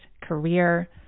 career